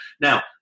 Now